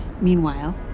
Meanwhile